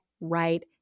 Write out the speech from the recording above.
right